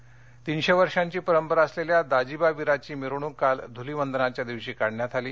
वीर मिरवण नाशिक तीनशे वर्षांची परंपरा असलेल्या दाजीबा वीराची मिरवणूक काल धुलीवंदनाच्या दिवशी काढण्यात आली